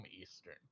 eastern